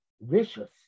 vicious